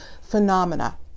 Phenomena